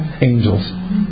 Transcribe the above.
angels